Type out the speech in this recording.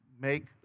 Make